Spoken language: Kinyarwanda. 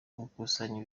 gukusanya